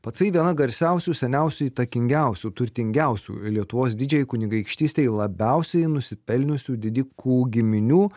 pacai viena garsiausių seniausių įtakingiausių turtingiausių lietuvos didžiajai kunigaikštystei labiausiai nusipelniusių didikų giminių